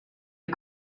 est